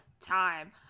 time